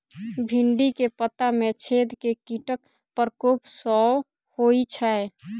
भिन्डी केँ पत्ता मे छेद केँ कीटक प्रकोप सऽ होइ छै?